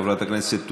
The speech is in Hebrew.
חברת הכנסת תומא,